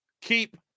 Keep